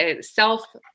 self